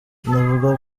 navuga